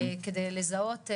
כדי לזהות,